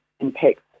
impacts